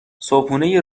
صبحونه